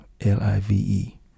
l-i-v-e